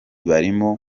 barimo